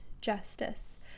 justice